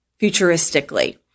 futuristically